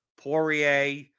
Poirier